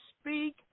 speak